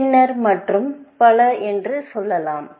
பின்னர் மற்றும் பல என்று சொல்வது